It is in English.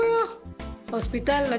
Hospital